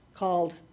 called